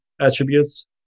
attributes